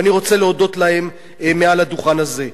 ואני רוצה להודות להם מעל הדוכן הזה.